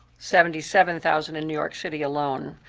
seventy seven thousand in new york city alone.